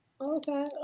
Okay